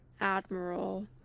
Admiral